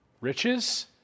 riches